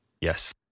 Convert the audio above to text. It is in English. Yes